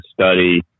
study